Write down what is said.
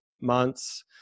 months